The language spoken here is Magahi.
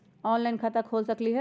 ऑनलाइन खाता खोल सकलीह?